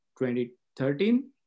2013